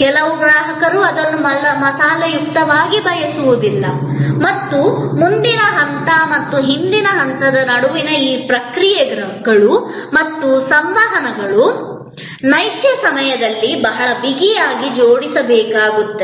ಕೆಲವು ಗ್ರಾಹಕರು ಅದನ್ನು ಮಸಾಲೆಯುಕ್ತವಾಗಿ ಬಯಸುವುದಿಲ್ಲ ಮತ್ತು ಮುಂದಿನ ಹಂತ ಮತ್ತು ಹಿಂದಿನ ಹಂತದ ನಡುವಿನ ಈ ಎಲ್ಲಾ ಪ್ರತಿಕ್ರಿಯೆಗಳು ಮತ್ತು ಸಂವಹನಗಳನ್ನು ನೈಜ ಸಮಯದಲ್ಲಿ ಬಹಳ ಬಿಗಿಯಾಗಿ ಜೋಡಿಸಬೇಕಾಗುತ್ತದೆ